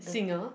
singer